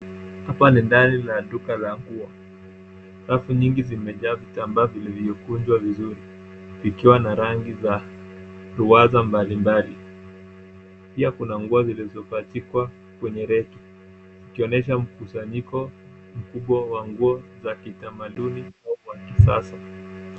Hapa ni ndani la duka la nguo, rafu nyingi zimejaa vitambaa vilivyokunjwa vizuri, ikiwa na rangi za, ruwaza mbalimbali, pia kuna nguo zilizopachikwa kwenye reki, ikionyesha mkusanyiko, mkubwa wa nguo, za kitamaduni, au wa kisasa.